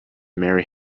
mary